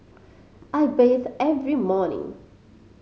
I bathe every morning